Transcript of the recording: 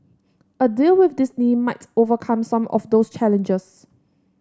a deal with Disney might overcome some of those challenges